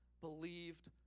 believed